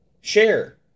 share